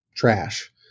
trash